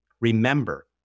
Remember